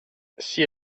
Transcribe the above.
sia